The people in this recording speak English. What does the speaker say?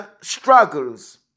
struggles